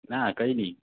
ના કઈ નહી